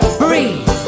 breathe